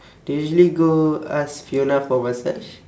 they usually go ask fiona for massage